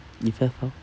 if have how